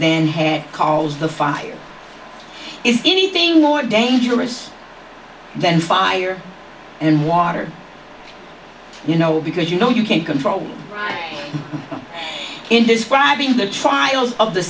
then had calls the fire is anything more dangerous than fire and water you know because you know you can't control in this five in the trials of the